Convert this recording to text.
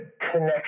connection